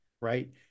right